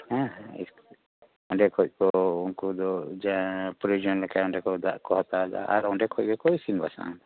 ᱦᱮᱸ ᱚᱸᱰᱮ ᱠᱷᱚᱡ ᱠᱚ ᱩᱱᱠᱩ ᱫᱚ ᱡᱟ ᱯᱚᱨᱳᱭᱳᱡᱚᱱ ᱞᱮᱠᱷᱟᱱ ᱚᱸᱰᱮ ᱠᱚ ᱫᱟᱜ ᱦᱟᱛᱟᱣ ᱮᱫᱟ ᱟᱨ ᱚᱸᱰᱮ ᱠᱷᱚᱡ ᱜᱮᱠᱚ ᱤᱥᱤᱱ ᱵᱟᱥᱟᱝᱼᱟ